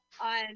on